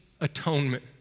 atonement